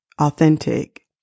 authentic